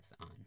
on